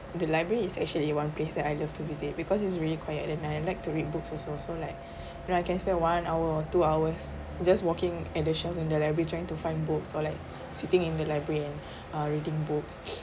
the library is actually one place that I love to visit because it's really quiet and I like to read books also so like you know I can spend one hour or two hours just walking at the shelves in the library trying to find books or like sitting in the library and uh reading books